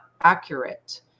accurate